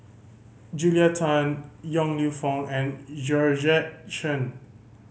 Julia Tan Yong Lew Foong and Georgette Chen